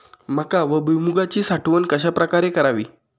मका व भुईमूगाची साठवण कशाप्रकारे करावी?